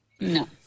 No